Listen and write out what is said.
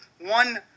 one